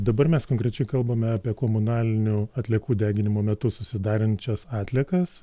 dabar mes konkrečiai kalbame apie komunalinių atliekų deginimo metu susidarančias atliekas